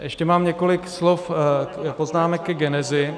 Ještě mám několik slov a poznámek ke genezi.